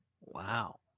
wow